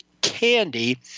candy